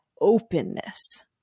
openness